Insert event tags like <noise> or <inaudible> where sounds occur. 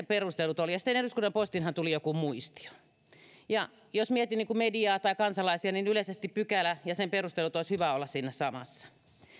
<unintelligible> perustelut ovat sitten eduskunnan postiinhan tuli joku muistio jos mietin mediaa tai kansalaisia niin yleisesti pykälän ja sen perustelujen olisi hyvä olla siinä samassa